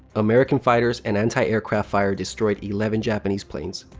american fighters and anti-aircraft fire destroyed eleven japanese planes.